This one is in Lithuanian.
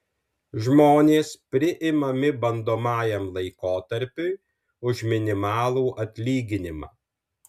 žmonės priimami bandomajam laikotarpiui už minimalų atlyginimą